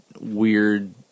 weird